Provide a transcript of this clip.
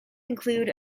include